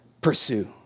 pursue